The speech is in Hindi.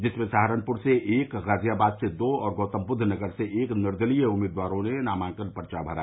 जिसमें सहारनपुर से एक गाजियाबाद से दो और गौतमबुद्वनगर से एक निर्दलीय उम्मीदवारों ने नामांकन पर्चा भरा